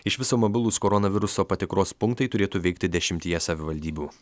iš viso mobilūs koronaviruso patikros punktai turėtų veikti dešimtyje savivaldybių